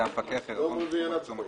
המפקח עירבון על סכום העיצום הכספי.